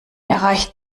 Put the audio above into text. erreicht